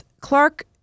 Clark